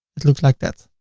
it looks like that.